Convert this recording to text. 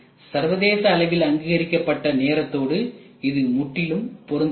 சர்வதேச அளவில் அங்கீகரிக்கப்பட்ட நேரத்தோடு இது முற்றிலும் பொருந்தவில்லை